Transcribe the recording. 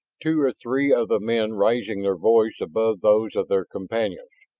two or three of the men raising their voices above those of their companions.